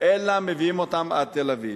אלא מביאים אותם עד תל-אביב.